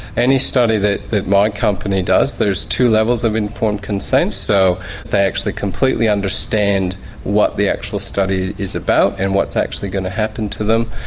any study that that my company does there's two levels of informed consent so they actually completely understand what the actual study is about and what's actually going to happen to them.